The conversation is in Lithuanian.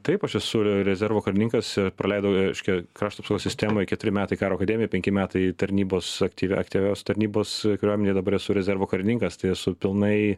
taip aš esu rezervo karininkas praleidau reiškia krašto apsaugos sistemoj keturi metai karo akademijoj penki metai tarnybos aktyvia aktyvios tarnybos kariuomenėj dabar esu rezervo karininkas tai esu pilnai